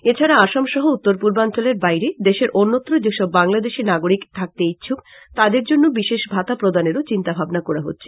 এছাড়া আসাম সহ উত্তরপূর্বাঞ্চলের বাইরে দেশের অন্যত্র যেসব বাংলাদেশী নাগরিক থাকতে ইচ্ছুক তাদের জন্য বিশেষ ভাতা প্রদানের ও চিন্তাভাবনা করা হচ্ছে